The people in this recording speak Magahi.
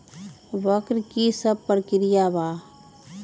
वक्र कि शव प्रकिया वा?